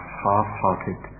half-hearted